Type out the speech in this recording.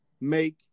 make